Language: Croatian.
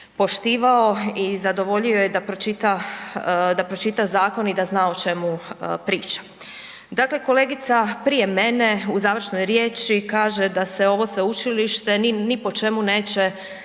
poštivao i zadovoljio je da pročita zakon i da zna o čemu priča. Dakle, kolegica prije mene u završnoj riječi kaže da se ovo Sveučilište ni po čemu neće